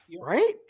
right